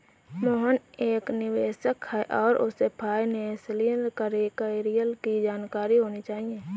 मोहन एक निवेशक है और उसे फाइनेशियल कैरियर की जानकारी होनी चाहिए